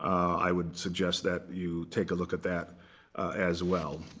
i would suggest that you take a look at that as well.